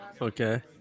Okay